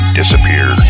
disappear